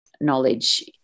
knowledge